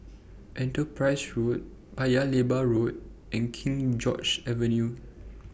Enterprise Road Paya Lebar Road and King George's Avenue